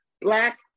black